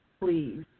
please